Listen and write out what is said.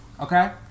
Okay